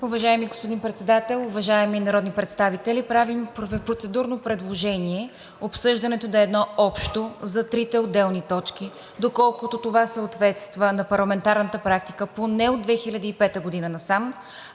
Уважаеми господин Председател, уважаеми народни представители! Правим процедурно предложение обсъждането да е общо за трите отделни точки, доколкото това съответства на парламентарната практика поне от 2005 г. насам,